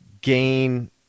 gain